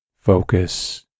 focus